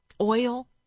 oil